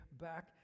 back